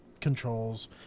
controls